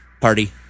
party